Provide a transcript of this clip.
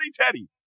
Teddy